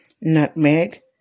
nutmeg